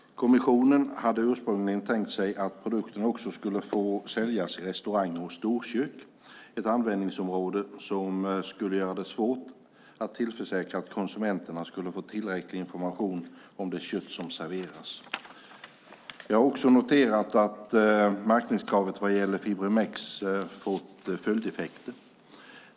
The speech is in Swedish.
Kommissionen hade ursprungligen tänkt sig att produkten också skulle få säljas i restauranger och storkök, ett användningsområde som skulle göra det svårt att tillförsäkra att konsumenterna skulle få tillräcklig information om det kött som serveras. Jag har också noterat att märkningskravet vad gäller Fibrimex fått följdeffekter.